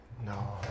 No